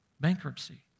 bankruptcy